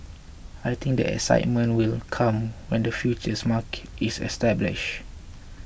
I think the excitement will come when the futures market is established